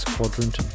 Quadrant